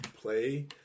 play